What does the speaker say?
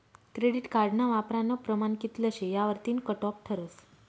credit कार्डना वापरानं प्रमाण कित्ल शे यावरतीन कटॉप ठरस